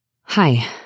Hi